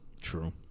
True